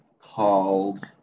called